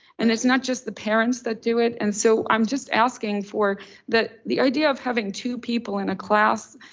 and it's not just the parents that do it. and so i'm just asking for that the idea of having two people in a class,